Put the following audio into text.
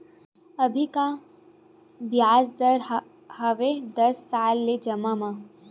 अभी का ब्याज दर हवे दस साल ले जमा मा?